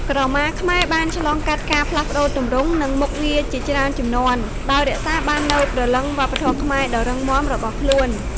ក្រមាខ្មែរបានឆ្លងកាត់ការផ្លាស់ប្តូរទម្រង់ និងមុខងារជាច្រើនជំនាន់ ដោយរក្សាបាននូវព្រលឹងវប្បធម៌ខ្មែរដ៏រឹងមាំរបស់ខ្លួន។